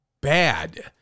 bad